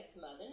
Mother